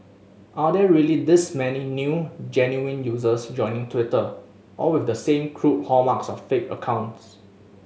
are there really this many new genuine users joining Twitter all with the same crude hallmarks of fake accounts